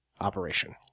operation